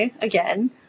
again